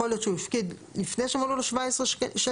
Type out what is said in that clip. יכול להיות שהוא הפקיד לפני שמלאו לו 17 שנים,